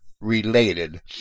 related